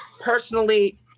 personally